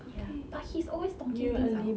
ya but he's always talking things out